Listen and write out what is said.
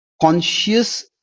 conscious